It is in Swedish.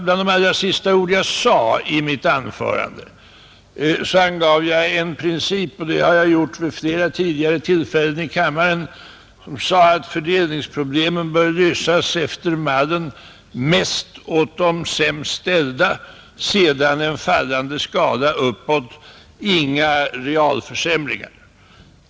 Bland de allra sista ord som jag sade i mitt anförande angav jag principen — och det har jag gjort vid flera tidigare tillfällen i kammaren — att fördelningsproblemen bör lösas efter mallen mest åt de sämst ställda, sedan en fallande skala uppåt, inga realförsämringar.